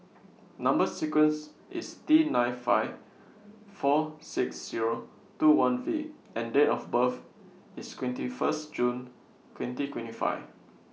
Number sequence IS T nine five four six Zero two one V and Date of birth IS twenty First June twenty twenty five